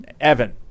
Evan